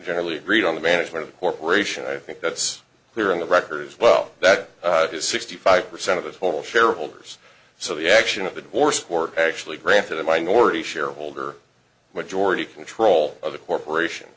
generally agreed on the management of the corporation i think that's clear in the record as well that it is sixty five percent of the whole shareholders so the action of the door support actually granted a minority shareholder majority control of the corporation